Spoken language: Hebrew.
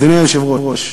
אדוני היושב-ראש,